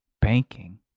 banking